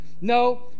No